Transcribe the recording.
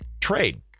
trade